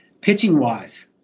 Pitching-wise